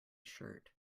shirt